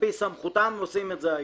על-פי סמכותם הם עושים את זה היום.